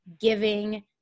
giving